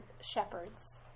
shepherds